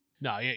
No